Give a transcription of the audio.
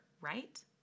right